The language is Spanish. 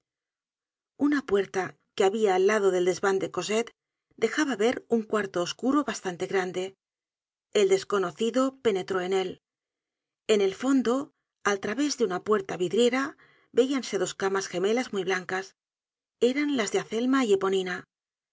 una puerta que habia al lado del desvan de cosette dejaba ver un cuarto oscuro bastante grande el desconocido penetró en él en el fondo al través de una puerta vidriera veíanse dos camas gemelas muy blancas eran las de azelma y eponina